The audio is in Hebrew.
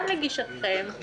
גם לגישתכם,